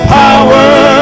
power